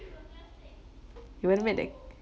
we won't make that